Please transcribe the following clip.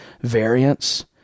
Variants